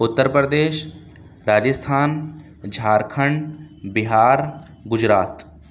Uttar Pradesh Rajasthan Jharkhand Bihar Gujarat